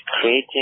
creating